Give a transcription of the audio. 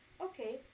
okay